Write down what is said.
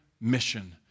mission